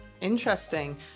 Interesting